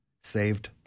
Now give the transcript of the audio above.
saved